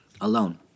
alone